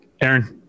Aaron